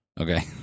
Okay